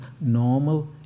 normal